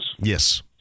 Yes